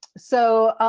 so,